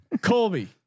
Colby